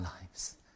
lives